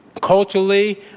culturally